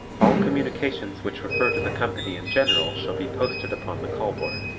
all communications which refer to the company in general shall be posted upon the call-board.